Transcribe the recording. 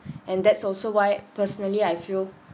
and that's also why personally I feel